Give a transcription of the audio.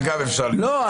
וגם אפשר --- לא,